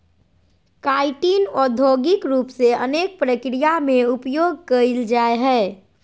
chitin औद्योगिक रूप से अनेक प्रक्रिया में उपयोग कइल जाय हइ